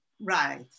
right